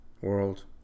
world